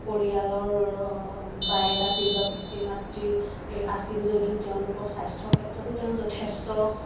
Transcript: পৰিয়ালৰ বায়েক আছিল বা পিতৃ মাতৃৰ এই আছিল যদিও তেওঁলোকৰ স্বাস্থ্য় ক্ষেত্ৰতো তেওঁ যথেষ্ট